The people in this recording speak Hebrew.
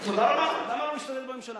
תודה רבה, למה לא משתדלים בממשלה?